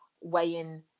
weighing